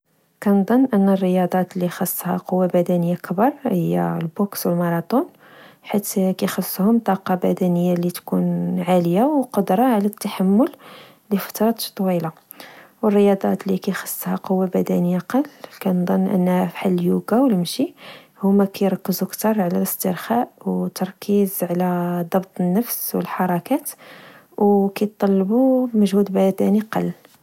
كنضن أن الرياضات اللي كخاصها قوة بدنية كبر هي البوكس والماراطون، حيث كخصهم طاقة بدنية لتكون عالية وقدرة على التحمل لفترات طويلة. و الرياضات اللي كخاصها قوة بدنية قل، كنضن أنها بحال اليوغا والمشي، هما كركزو كتر على الاسترخاء والتركيز على ضبط النفس والحركات، وكطلبو مجهود بدني قل.